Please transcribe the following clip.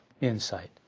insight